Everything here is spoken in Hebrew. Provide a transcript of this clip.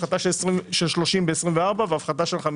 הפחתה של 30 ב-24' והפחתה של 15